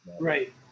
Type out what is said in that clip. Right